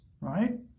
right